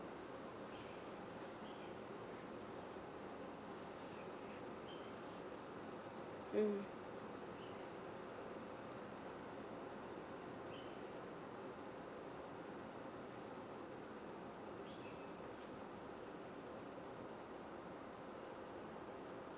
mm